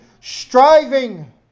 striving